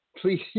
please